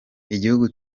igihugu